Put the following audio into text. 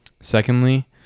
Secondly